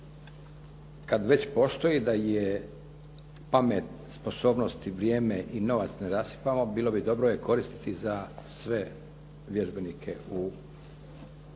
Kad već postoji da pamet, sposobnost, vrijeme i novac ne rasipamo, bilo bi dobro je koristiti za sve vježbenike bilo